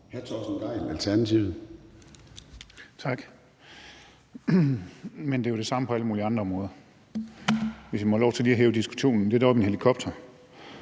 14:22 Torsten Gejl (ALT): Tak. Det er jo det samme på alle mulige andre områder, hvis jeg må have lov til lige at hæve diskussionen lidt op i en helikopter.